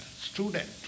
student